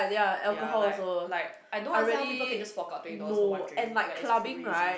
ya like like I don't understand how people can just fork out twenty dollars for one drink like it's crazy